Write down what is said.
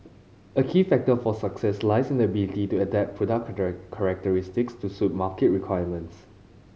a key factor for success lies in the ability to adapt characteristics to suit market requirements